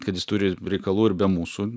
kad jis turi reikalų ir be mūsų